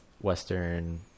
Western